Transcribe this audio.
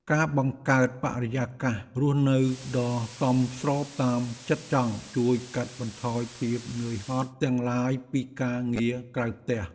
ការបង្កើតបរិយាកាសរស់នៅដ៏សមស្របតាមចិត្តចង់ជួយកាត់បន្ថយភាពនឿយហត់ទាំងឡាយពីការងារក្រៅផ្ទះ។